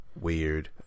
Weird